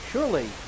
Surely